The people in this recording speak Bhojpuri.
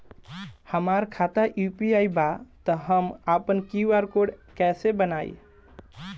हमार खाता यू.पी.आई बा त हम आपन क्यू.आर कोड कैसे बनाई?